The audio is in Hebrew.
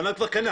הבן אדם כבר קנה